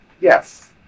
Yes